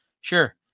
Sure